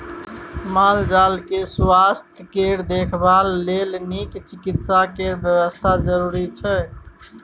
माल जाल केँ सुआस्थ केर देखभाल लेल नीक चिकित्सा केर बेबस्था जरुरी छै